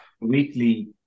weekly